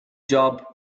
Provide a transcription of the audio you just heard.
job